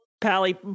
Pally